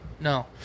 No